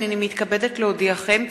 הנני מתכבדת להודיעכם,